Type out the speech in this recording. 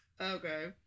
Okay